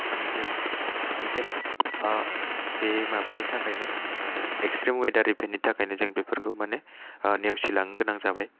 मानो जों इवेन बे माबानि थाखायनो बे एक्सट्रिम उवेदार इबेन्ट नि थाखायनो जों बेफोरखौ माने ओ नेवसिलांनो गोनां जाबाय